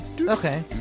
okay